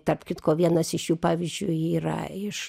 tarp kitko vienas iš jų pavyzdžiui yra iš